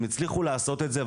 אם הצליחו לעשות את זה,